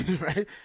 right